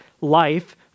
life